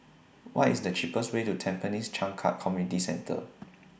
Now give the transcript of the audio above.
What IS The cheapest Way to Tampines Changkat Community Centre